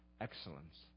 excellence